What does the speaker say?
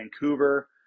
Vancouver